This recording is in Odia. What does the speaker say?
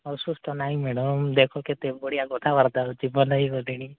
ଅସୁସ୍ଥ ନାଇଁ ମ୍ୟାଡ଼ାମ୍ ଦେଖ କେତେ ବଢ଼ିଆ କଥାବାର୍ତ୍ତା ହେଉଛି ଭଲ ହେଇ ଗଲିଣି